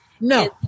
No